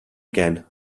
again